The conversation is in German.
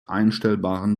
einstellbaren